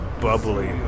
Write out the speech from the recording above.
bubbly